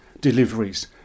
deliveries